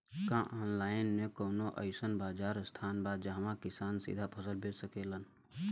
का आनलाइन मे कौनो अइसन बाजार स्थान बा जहाँ किसान सीधा फसल बेच सकेलन?